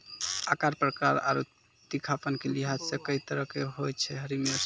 आकार, प्रकार आरो तीखापन के लिहाज सॅ कई तरह के होय छै हरी मिर्च